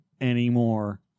anymore